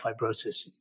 fibrosis